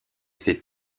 ses